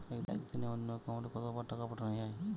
একদিনে অন্য একাউন্টে কত বার টাকা পাঠানো য়ায়?